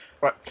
Right